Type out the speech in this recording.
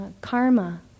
karma